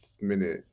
minute